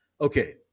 Okay